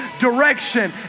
direction